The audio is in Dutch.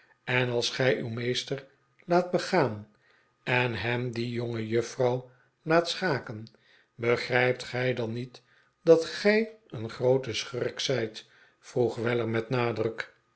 en als gij uw meester laat begaan en hem die jongejuffer laat schaken begrijpt gij dan niet dat gij een groote schurk zijt vroeg weller met nadruk